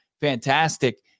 fantastic